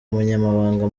umunyamabanga